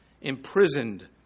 imprisoned